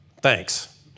thanks